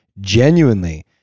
genuinely